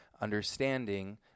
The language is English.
understanding